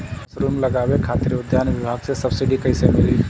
Mushroom लगावे खातिर उद्यान विभाग से सब्सिडी कैसे मिली?